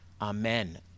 Amen